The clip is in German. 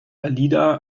alida